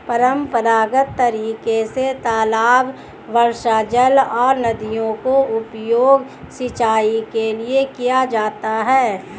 परम्परागत तरीके से तालाब, वर्षाजल और नदियों का उपयोग सिंचाई के लिए किया जाता है